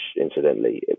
incidentally